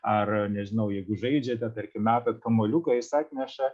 ar nežinau jeigu žaidžiate tarkim metant kamuoliuką jis atneša